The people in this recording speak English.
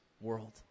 world